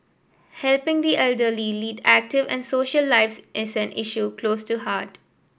helping the elderly lead active and social lives is an issue close to heart